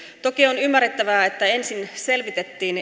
toki on ymmärrettävää että ensin selvitettiin